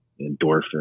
endorphin